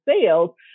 sales